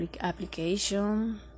application